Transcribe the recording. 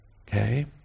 Okay